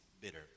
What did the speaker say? bitter